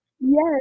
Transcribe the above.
yes